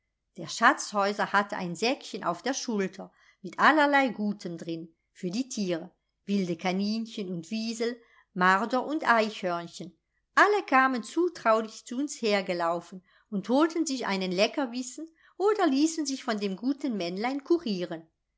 der schatzhäuser hatte ein säckchen auf der schulter mit allerlei gutem drin für die tiere wilde kaninchen und wiesel marder und eichhörnchen alle kamen zutraulich zu uns hergelaufen und holten sich einen leckerbissen oder ließen sich von dem guten männlein